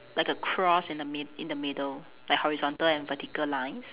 like a cross in the in the middle like horizontal and vertical lines